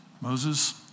Moses